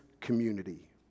community